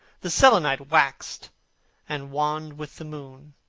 the selenite waxed and waned with the moon,